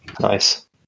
Nice